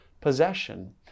possession